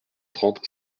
trente